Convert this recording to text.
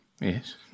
Yes